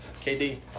KD